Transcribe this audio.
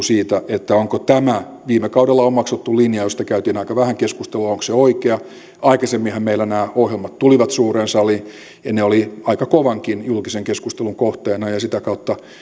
siitä onko tämä viime kaudella omaksuttu linja josta käytiin aika vähän keskustelua oikea aikaisemminhan meillä nämä ohjelmat tulivat suureen saliin ja ne olivat aika kovankin julkisen keskustelun kohteena ja sitä kautta